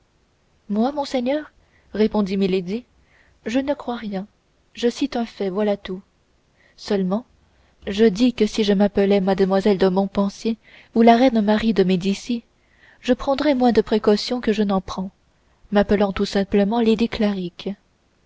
moi monseigneur répondit milady je ne crois rien je cite un fait voilà tout seulement je dis que si je m'appelais mlle de monpensier ou la reine marie de médicis je prendrais moins de précautions que j'en prends m'appelant tout simplement lady